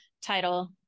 title